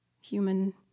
human